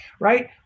right